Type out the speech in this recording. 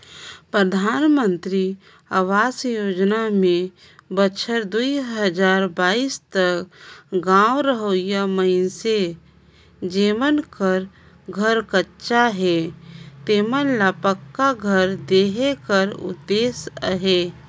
परधानमंतरी अवास योजना में बछर दुई हजार बाइस तक गाँव रहोइया मइनसे जेमन कर घर कच्चा हे तेमन ल पक्का घर देहे कर उदेस अहे